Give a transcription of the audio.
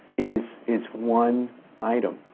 is is one item.